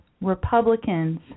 Republicans